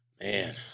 Man